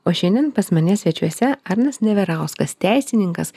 o šiandien pas mane svečiuose arnas neverauskas teisininkas